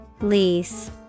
Lease